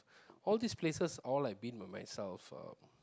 all these places all I've been by myself uh